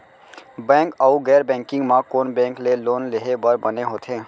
Bank अऊ गैर banking म कोन बैंक ले लोन लेहे बर बने होथे?